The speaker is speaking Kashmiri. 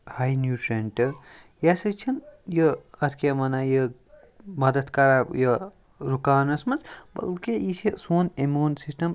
ہاے نیوٗٹِرٛشَن تہِ یہِ ہَسا چھِنہٕ یہِ اَتھ کیٛاہ وَنان یہِ مَدد کَران یہِ رُکاونَس منٛز بلکہِ یہِ چھِ سون اِمیوٗن سِسٹَم